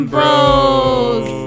Bros